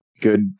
good